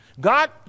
God